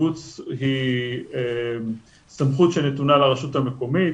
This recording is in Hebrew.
השיבוץ הוא סמכות שנתונה לרשות המקומית